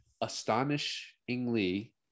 astonishingly